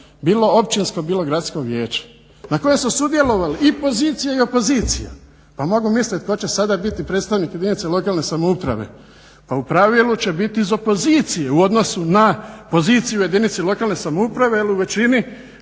bilo općinsko bilo gradsko vijeće na kojem su sudjelovali i pozicija i opozicija. Pa mogu misliti tko će sada biti predstavnik lokalne samouprave, pa u pravilu će biti iz opozicije u odnosu na poziciju u jedinici lokalne samouprave jel u većini